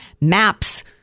maps